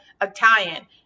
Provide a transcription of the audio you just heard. Italian